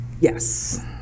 yes